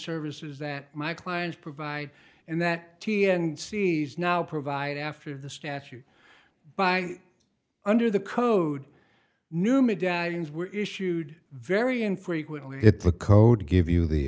services that my clients provide and that and sees now provide after the statute by under the code new medallions were issued very infrequently it's a code to give you the